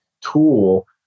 tool